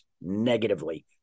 negatively